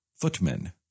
footmen